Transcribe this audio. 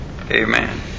Amen